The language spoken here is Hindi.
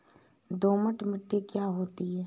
दोमट मिट्टी क्या होती हैं?